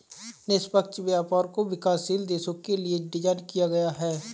निष्पक्ष व्यापार को विकासशील देशों के लिये डिजाइन किया गया है